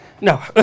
No